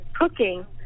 cooking